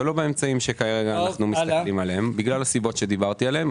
ולא באמצעים שכרגע אנחנו מסתכלים עליהם בגלל הסיבות שדיברתי עליהם,